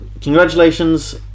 congratulations